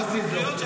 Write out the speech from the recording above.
דרך אגב,